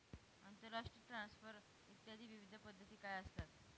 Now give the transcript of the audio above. आंतरराष्ट्रीय ट्रान्सफर इत्यादी विविध पद्धती काय असतात?